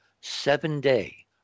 seven-day